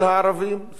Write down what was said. כלומר במקום